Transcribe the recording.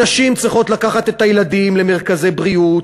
נשים צריכות לקחת את הילדים למרכזי בריאות,